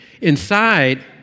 Inside